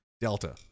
Delta